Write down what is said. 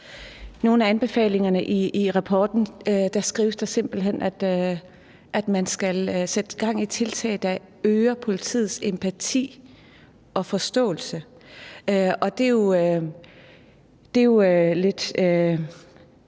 nogle af anbefalingerne i rapporten skrives der simpelt hen, at man skal sætte gang i tiltag, der øger politiets empati og forståelse. Det er jo lidt